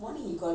(uh huh)